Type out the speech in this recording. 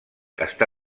està